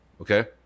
Okay